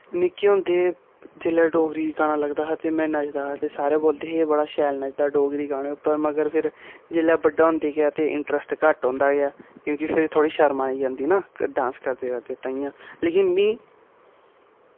निक्के होंदे जेल्लै डोगरी गाना लगदा हा ते में नचदा हा ते सारे बोलदे हे एह् बड़ा शैल नचदा डोगरी गाने उप्पर मगर फिर जेल्लै बड्डा होंदा गेआ ते इंट्रस्ट घट्ट होंदा गेआ क्योंकि फ्ही थोह्ड़ी शर्म आई जंदी ना डांस करदे करदे ताइयें लेकिन मीं